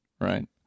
right